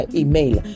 email